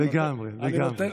לגמרי, לגמרי.